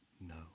no